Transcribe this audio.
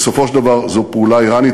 בסופו של דבר זו פעולה איראנית.